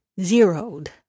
zeroed